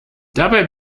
dabei